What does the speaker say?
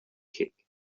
kick